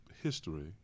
history